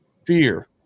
Fear